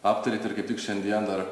aptarėt ir kaip tik šiandien dar